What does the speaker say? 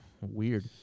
weird